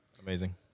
Amazing